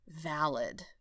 valid